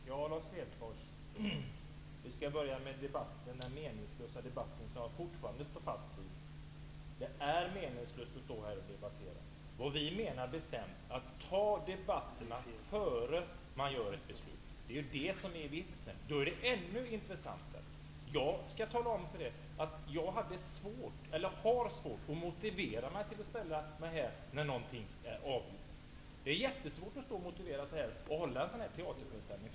Herr talman! Lars Hedfors, jag skall börja med att säga något om den meningslösa debatten. Jag står fortfarande fast vid att det är meningslöst att stå här och debattera. Vi menar bestämt att man skall föra debatterna innan man fattar besluten. Det är ju det som är vitsen. Då är det ännu intressantare. Jag skall tala om att jag har svårt att motivera mig till att ställa mig här och debattera när det som vi skall debattera redan är avgjort. Det är jättesvårt att motivera sig för att hålla en sådan teaterföreställning.